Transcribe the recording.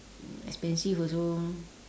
expensive also